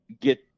get